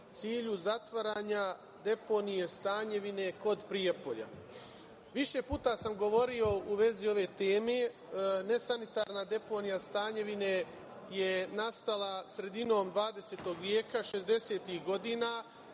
cilju zatvaranja deponije Stanjevine kod Prijepolja? Više puta sam govorio u vezi ove teme. Nesanitarna deponija Stanjevine je nastala sredinom 20. veka,